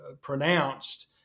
pronounced